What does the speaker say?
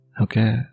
Okay